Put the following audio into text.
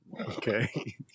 Okay